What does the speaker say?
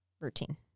routine